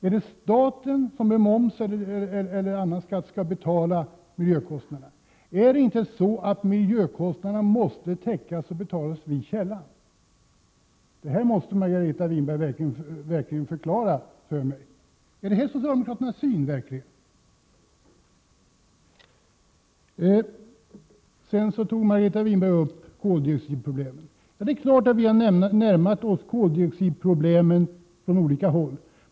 Är det staten som med moms eller annan skatt skall betala miljökostnaderna? Är det inte så att miljökostnaderna måste täckas och betalas vid källan? Det här måste Margareta Winberg förklara för mig. Är det verkligen socialdemokraternas syn Margareta Winberg givit uttryck för? Sedan tog Margareta Winberg upp koldioxidproblemet. Det är klart att vi har närmat oss det problemet från olika håll.